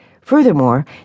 Furthermore